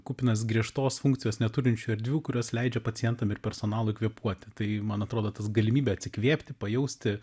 kupinas griežtos funkcijos neturinčių erdvių kurios leidžia pacientam ir personalui kvėpuoti tai man atrodo tas galimybė atsikvėpti pajausti